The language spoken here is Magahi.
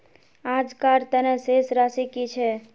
आजकार तने शेष राशि कि छे?